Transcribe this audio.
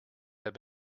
have